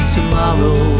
Tomorrow